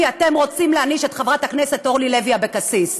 כי אתם רוצים להעניש את חברת הכנסת אורלי לוי אבקסיס.